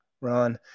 Ron